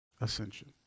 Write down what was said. ascension